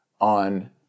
on